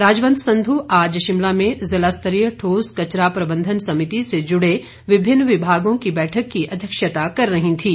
राजवंत संध् आज शिमला में जिला स्तरीय ठोस कचरा प्रबंधन समिति से जुड़े विभिन्न विभागों की बैठक की अध्यक्षता कर रही थीं